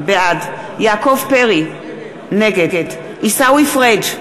בעד יעקב פרי, נגד עיסאווי פריג'